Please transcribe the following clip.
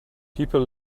people